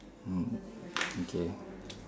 mm okay